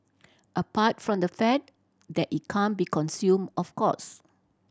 apart from the fact that it can't be consumed of course